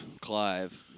Clive